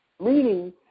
meaning